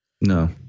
no